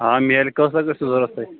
آ میلہِ کأژاہ گژھوٕ ضروٗرت تۄہہِ